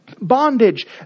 bondage